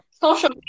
Social